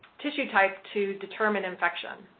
tissue type to determine infection.